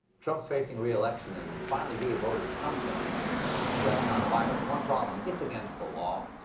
trump facing re-election and finally gave voters something that is not a virus. one problem, it's against the law.